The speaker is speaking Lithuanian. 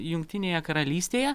jungtinėje karalystėje